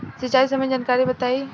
सिंचाई संबंधित जानकारी बताई?